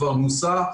כבר נוסה,